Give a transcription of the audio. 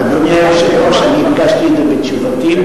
אדוני היושב-ראש, אני הדגשתי את זה בתשובתי.